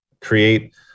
create